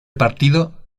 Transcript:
partido